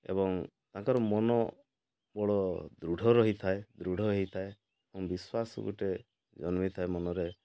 ଏବଂ ତାଙ୍କର ମନୋବଳ ଦୃଢ଼ ରହିଥାଏ ଦୃଢ଼ ହେଇଥାଏ ବିଶ୍ୱାସ ଗୋଟିଏ ଜନ୍ମିଥାଏ ମନରେ